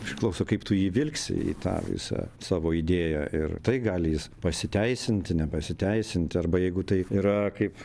priklauso kaip tu įvilksi į tą visą savo idėją ir tai gali jis pasiteisinti nepasiteisinti arba jeigu tai yra kaip